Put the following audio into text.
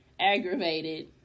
aggravated